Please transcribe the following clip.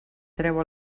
treu